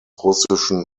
russischen